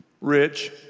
Rich